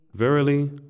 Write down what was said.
Verily